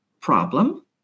problem